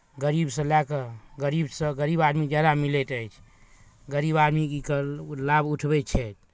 गरीबसँ लए कऽ गरीबसँ गरीब आदमी ज्यादा मिलैत अछि गरीब आदमी एकर लाभ उठबै छै